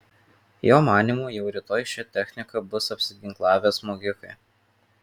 jo manymu jau rytoj šia technika bus apsiginklavę smogikai